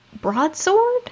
broadsword